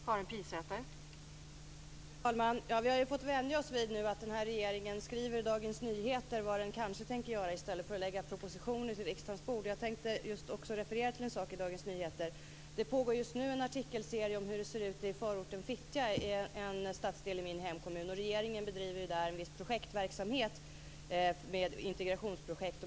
Fru talman! Vi har fått vänja oss vid att regeringen skriver i Dagens Nyheter om vad den kanske tänker göra i stället för att lägga fram propositioner på riksdagen bord. Jag tänkte just också referera till en sak i Dagens Nyheter. Det pågår just nu en artikelserie om hur det ser ut i förorten Fittja - en stadsdel i min hemkommun. Regeringen bedriver där en viss projektverksamhet med integrationsprojekt.